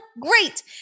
Great